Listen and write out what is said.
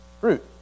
Fruit